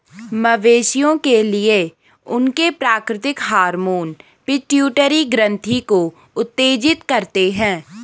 मवेशियों के लिए, उनके प्राकृतिक हार्मोन पिट्यूटरी ग्रंथि को उत्तेजित करते हैं